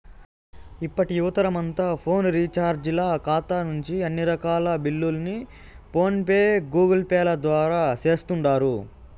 ఇప్పటి యువతరమంతా ఫోను రీచార్జీల కాతా నుంచి అన్ని రకాల బిల్లుల్ని ఫోన్ పే, గూగుల్పేల ద్వారా సేస్తుండారు